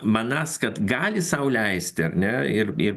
manąs kad gali sau leisti ar ne ir ir